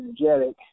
energetic